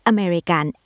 American